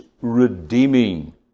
redeeming